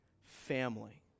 family